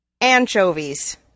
anchovies